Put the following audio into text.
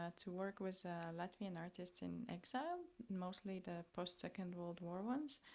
ah to work with latvian artists in exile, mostly the post-second world war ones,